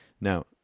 Now